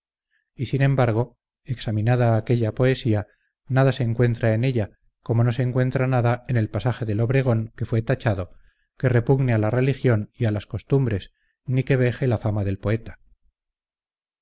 y sin embargo examinada aquella poesía nada se encuentra en ella como no se encuentra nada en el pasaje del obregón que fue tachado que repugne a la religión y a las costumbres ni que veje la fama del poeta